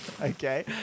Okay